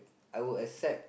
I would accept